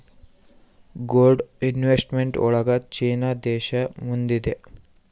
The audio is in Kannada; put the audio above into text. ಗೋಲ್ಡ್ ಇನ್ವೆಸ್ಟ್ಮೆಂಟ್ ಒಳಗ ಚೀನಾ ದೇಶ ಮುಂದಿದೆ